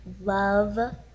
love